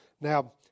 Now